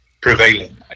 prevailing